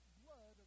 blood